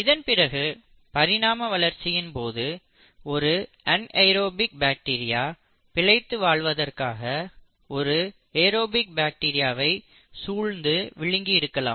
இதன்பிறகு பரிணாம வளர்ச்சியின் போது ஒரு அன்ஏரோபிக் பாக்டீரியா பிழைத்து வாழ்வதற்காக ஒரு ஏரோபிக் பாக்டீரியாவை சூழ்ந்து விழுங்கி இருக்கலாம்